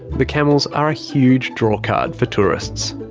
the camels are a huge drawcard for tourists.